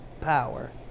power